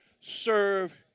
serve